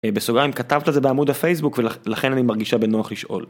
בסוגריים כתבת את זה בעמוד הפייסבוק ולכן אני מרגישה בנוח לשאול.